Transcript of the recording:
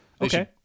okay